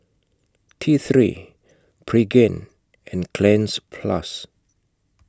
T three Pregain and Cleanz Plus